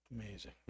amazing